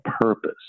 purpose